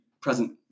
present